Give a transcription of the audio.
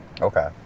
Okay